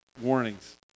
warnings